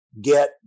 get